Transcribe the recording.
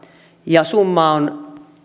ja summa on